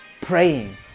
praying